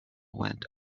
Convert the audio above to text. went